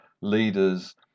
leaders